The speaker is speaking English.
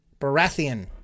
Baratheon